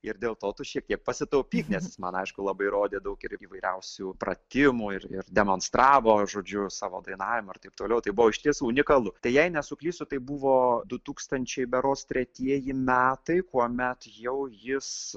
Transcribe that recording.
ir dėl to tu šiek tiek pasitaupyk nes man aišku labai rodė daug ir įvairiausių pratimų ir ir demonstravo žodžiu savo dainavimu ir taip toliau tai buvo išties unikalu tai jei nesuklysiu tai buvo du tūkstančiai berods tretieji metai kuomet jau jis